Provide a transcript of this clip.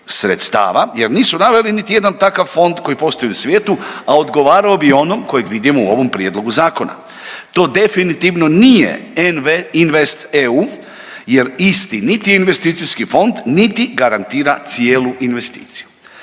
sredstava jer nisu naveli niti jedan takav fond koji postoji u svijetu, a odgovarao bi onom kojeg vidimo u ovom prijedlogu zakona. To definitivno nije NV-Invest EU jer isti niti je investicijski fond niti garantira cijelu investiciju.